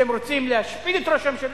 שרוצים להשפיל את ראש הממשלה.